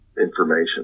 information